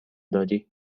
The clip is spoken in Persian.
دادی